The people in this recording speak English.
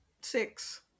six